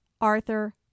Arthur